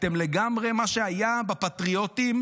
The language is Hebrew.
מה שהיה בפטריוטים